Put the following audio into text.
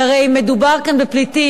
כי הרי אם מדובר כאן בפליטים,